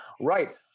Right